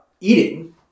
eating